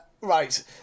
Right